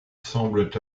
semblent